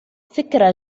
فكرة